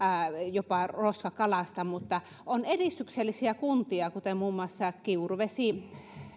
jopa roskakalasta mutta on edistyksellisiä kuntia kuten muun muassa kiuruvesi